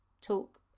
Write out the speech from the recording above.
talk